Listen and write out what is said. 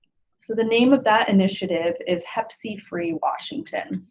so the name of that initiative is hep-c-free washington.